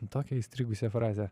tokią įstrigusią frazę